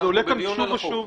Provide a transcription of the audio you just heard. אנחנו בדיון על החוק.